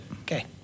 Okay